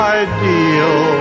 ideal